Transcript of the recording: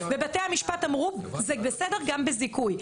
ובתי המשפט אמרו זה בסדר גם בזיכוי.